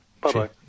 Bye-bye